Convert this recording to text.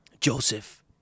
Joseph